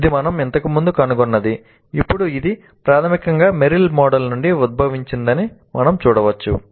ఇది మనం ఇంతకుముందు కనుగొన్నది ఇప్పుడు ఇది ప్రాథమికంగా మెరిల్ మోడల్ నుండి ఉద్భవించిందని మనం చూడవచ్చు